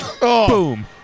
Boom